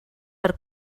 per